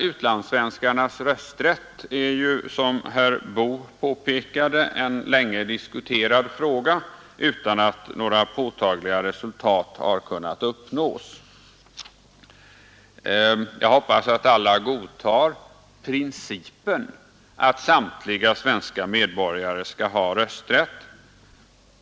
Utlandssvenskarnas rösträtt är, som herr Boo påpekade, en länge diskuterad fråga utan att några påtagliga resultat har kunnat uppnås. Jag hoppas att alla godtar principen att samtliga svenska medborgare skall ha rösträtt.